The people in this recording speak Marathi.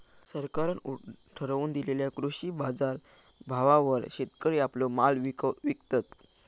सरकारान ठरवून दिलेल्या कृषी बाजारभावावर शेतकरी आपलो माल विकतत